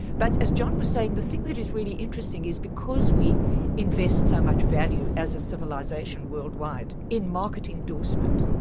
but as john was saying the thing that is really interesting is because we invest so much value as a civilisation worldwide in market endorsement,